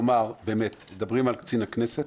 מדברים על קצין הכנסת